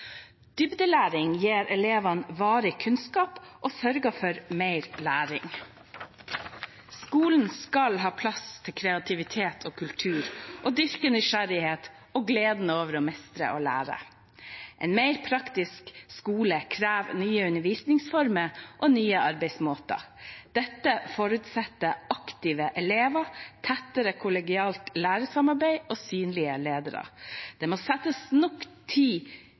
Dybdelæring gir elevene varig kunnskap og sørger for mer læring. Skolen skal ha plass til kreativitet og kultur og dyrke nysgjerrighet og gleden over å mestre og lære. En mer praktisk skole krever nye undervisningsformer og nye arbeidsmåter. Dette forutsetter aktive elever, tettere kollegialt lærersamarbeid og synlige ledere. Det må settes av nok tid